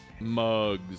Mugs